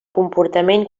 comportament